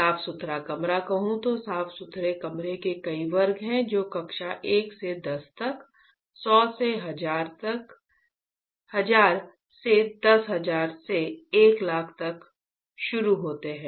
साफ सुथरा कमरा कहूं तो साफ सुथरे कमरे के कई वर्ग हैं जो कक्षा 1 से 10 तक 100 से 1000 से 10000 से 100000 तक शुरू होते हैं